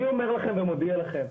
אני אומר לכם ומודיע לכם,